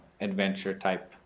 adventure-type